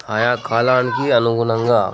ఆయా కాలానికి అనుగుణంగా